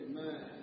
Amen